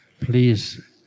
please